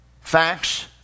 facts